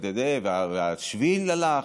והשביל הלך,